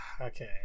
Okay